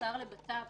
השר לבט"פ